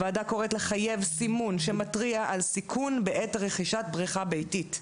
הוועדה קוראת לחייב סימון שמתריע על סיכון בעת רכישת בריכה ביתית.